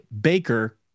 baker